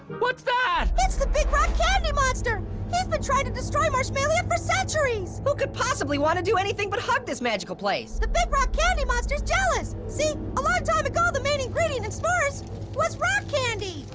what's that? it's the big rock candy monster. he's been trying to destroy marshmalia for centuries. who could possibly want to do anything but hug this magical place? the big rock candy monster's jealous. see, a long time ago, the main ingredient in s'mores was rock candy.